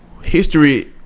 history